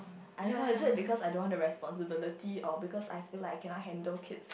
I don't know is it because I don't want the responsibility or because I feel like I cannot handle kids